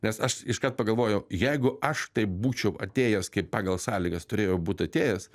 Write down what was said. nes aš iškart pagalvojau jeigu aš taip būčiau atėjęs kaip pagal sąlygas turėjau būt atėjęs